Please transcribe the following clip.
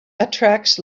attracts